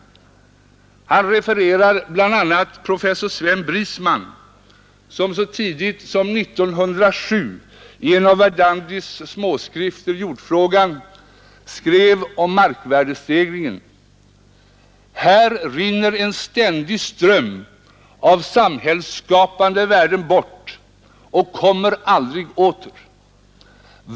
Han refererar, bland många andra, professor Sven Brisman, som så tidigt som. 1907 i en av Verdandis småskrifter, ”Jordfrågan”, skrev om markvärdestegringen: ”Här rinner en ständig ström av samhällsskapande värden bort och kommer aldrig åter.